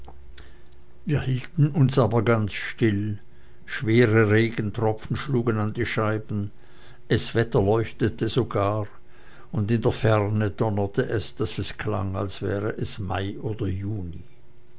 wir hielten uns aber ganz still schwere regentropfen schlugen an die scheiben es wetterleuchtete sogar und in der ferne donnerte es daß es klang als wäre es mai oder juni